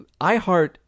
iHeart